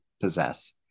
possess